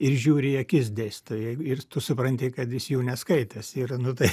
ir žiūri į akis dėstytojui ir tu supranti kad jis jų neskaitęs yra nu tai